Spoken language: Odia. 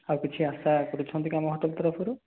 ଆଉ କିଛି ଆଶା କରୁଛନ୍ତି କି ଆମ ହୋଟେଲ୍ ତରଫରୁ